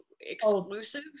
exclusive